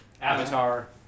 Avatar